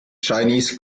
chinese